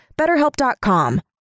BetterHelp.com